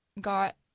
got